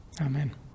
Amen